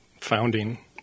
founding